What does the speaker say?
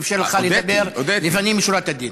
שאפשר לך לדבר לפנים משורת הדין.